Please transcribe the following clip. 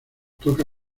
toca